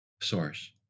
Source